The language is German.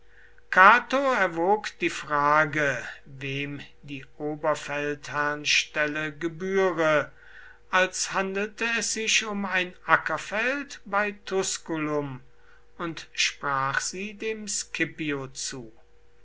cato erwog die frage wem die oberfeldherrnstelle gebühre als handelte es sich um ein ackerfeld bei tusculum und sprach sie dem scipio zu